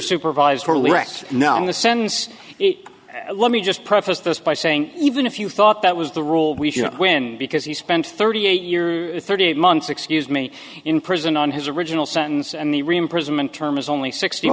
supervised now in the sense it let me just preface this by saying even if you thought that was the rule we should win because he spent thirty eight years thirty eight months excuse me in prison on his original sentence and the reimbursement term is only sixty